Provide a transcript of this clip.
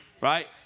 right